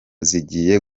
zigiye